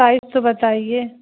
size تو بتائیے